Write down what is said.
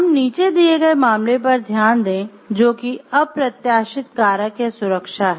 हम नीचे दिए गए मामले पर ध्यान दें जो कि अप्रत्याशित कारक या सुरक्षा है